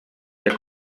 jak